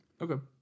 Okay